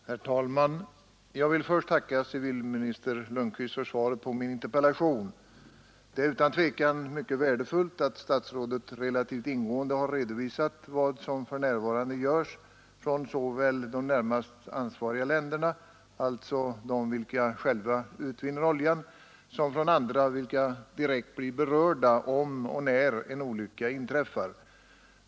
Herr talman! Jag vill först tacka civilminister Lundkvist för svaret på min interpellation. Det är utan tvivel mycket värdefullt att statsrådet relativt ingående har redovisat vad som för närvarande görs såväl från de närmast ansvariga länderna, alltså de vilka själva utvinner oljan, som från andra länder vilka direkt blir berörda om och när en olycka inträffar.